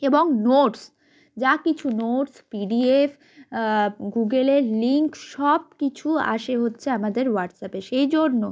এবং নোটস যা কিছু নোটস পিডিএফ গুগেলের লিঙ্ক সব কিছু আসে হচ্ছে আমাদের হোয়াটসঅ্যাপে সেই জন্য